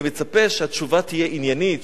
אני מצפה שהתשובה תהיה עניינית,